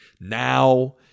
now